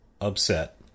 upset